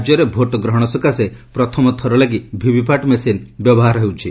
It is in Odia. ରାଜ୍ୟରେ ଭୋଟ୍ ଗ୍ରହଣ ସକାଶେ ପ୍ରଥମ ଥର ଲାଗି ଭିଭିପାଟ୍ ମେସିନ୍ ବ୍ୟବହାର ହେଉଛି